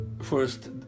First